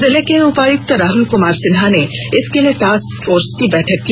जिले के उपायुक्त राहुल कुमार सिन्हा ने इसके लिए टास्क फोर्स की बैठक की